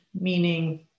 meaning